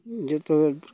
ᱡᱚᱛᱚ